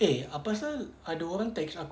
eh apasal ada orang text aku